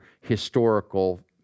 historical